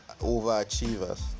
overachievers